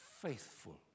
faithful